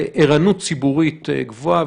וערנות ציבורית גבוהה,